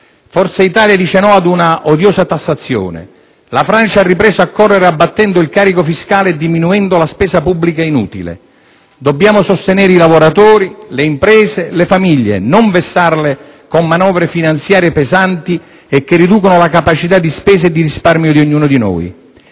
Forza Italia dice no ad una odiosa tassazione. La Francia ha ripreso a correre abbattendo il carico fiscale e diminuendo la spesa pubblica inutile. Dobbiamo sostenere i lavoratori, le imprese, le famiglie, non vessarle con manovre finanziarie pesanti e che riducono la capacità di spesa e di risparmio di ognuno di noi.